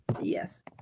Yes